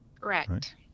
Correct